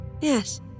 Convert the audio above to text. Yes